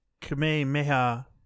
Kamehameha